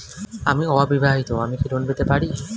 আমি অবিবাহিতা আমি কি লোন পেতে পারি?